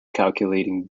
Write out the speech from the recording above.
calculating